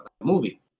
movie